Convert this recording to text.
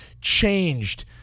changed